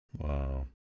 Wow